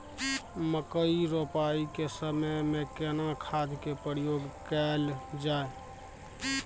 मकई रोपाई के समय में केना खाद के प्रयोग कैल जाय?